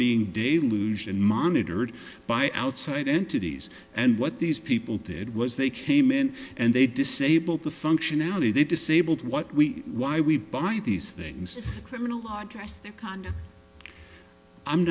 being de luzhin monitored by outside entities and what these people did was they came in and they disabled the functionality they disabled what we why we buy these things